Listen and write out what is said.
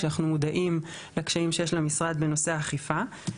כשאנחנו מודעים לקשיים שיש במשרד בנושא אכיפה.